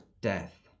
death